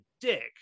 dick